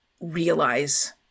realize